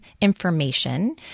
information